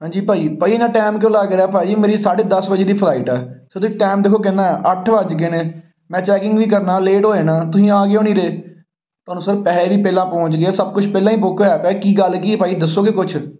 ਹਾਂਜੀ ਭਾਅ ਜੀ ਭਾਅ ਜੀ ਇੰਨਾ ਟਾਈਮ ਕਿਉਂ ਲੱਗ ਰਿਹਾ ਭਾਅ ਜੀ ਮੇਰੀ ਸਾਢੇ ਦਸ ਵਜੇ ਦੀ ਫਲਾਈਟ ਹੈ ਸੋ ਤੁਸੀਂ ਟਾਈਮ ਦੇਖੋ ਕਿੰਨਾ ਅੱਠ ਵੱਜ ਗਏ ਨੇ ਮੈਂ ਚੈਕਿੰਗ ਵੀ ਕਰਨਾ ਲੇਟ ਹੋ ਜਾਣਾ ਤੁਸੀਂ ਆ ਕਿਉਂ ਨਹੀਂ ਰਹੇ ਤੁਹਾਨੂੰ ਸਰ ਪੈਸੇ ਵੀ ਪਹਿਲਾਂ ਪਹੁੰਚ ਗਏ ਸਭ ਕੁਛ ਪਹਿਲਾਂ ਹੀ ਬੁੱਕ ਹੋਇਆ ਪਿਆ ਕੀ ਗੱਲ ਕੀ ਭਾਅ ਜੀ ਦੱਸੋਂਗੇ ਕੁਛ